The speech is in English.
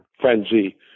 frenzy